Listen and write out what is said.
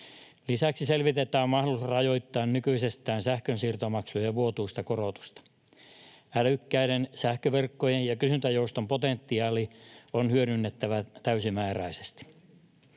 Lisäksi selvitetään mahdollisuus rajoittaa nykyisestään sähkönsiirtomaksujen vuotuista korotusta. Älykkäiden sähköverkkojen ja kysyntäjouston potentiaali on hyödynnettävä täysimääräisesti.